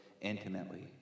intimately